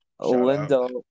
Lindo